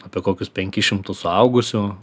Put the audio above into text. apie kokius penkis šimtus suaugusių